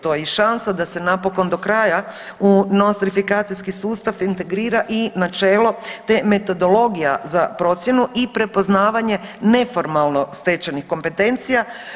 To je i šansa da se napokon do kraja u nostrifikacijski sustav integrira i načelo, te metodologija za procjenu i prepoznavanje neformalno stečenih kompetencija.